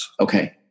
Okay